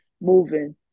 moving